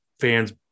fans